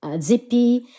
zippy